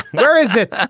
but where is it? ah